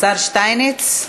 השר שטייניץ?